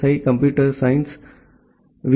E computer science we